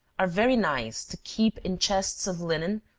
are very nice to keep in chests of linen,